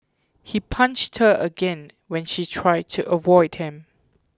he punched her again when she tried to avoid him